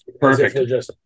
Perfect